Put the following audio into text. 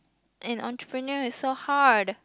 an entrepreneur is so hard